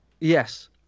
Yes